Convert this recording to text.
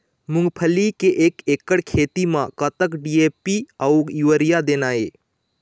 मूंगफली के एक एकड़ खेती म कतक डी.ए.पी अउ यूरिया देना ये?